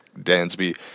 Dansby